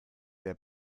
their